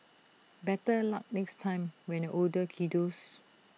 better luck next time when you're older kiddos